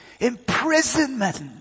imprisonment